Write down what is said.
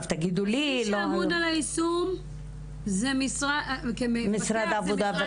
מי שאמון על היישום כמפקח זה משרד הרווחה,